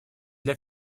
для